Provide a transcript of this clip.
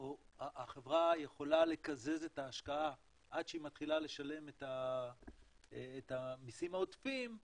או החברה יכולה לקזז את ההשקעה עד שהיא מתחילה לשלם את המסים העודפים אז